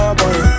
boy